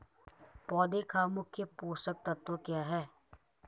पौधें का मुख्य पोषक तत्व क्या है?